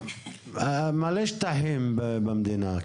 יש מלא שטחים במדינה,